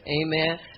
Amen